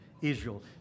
Israel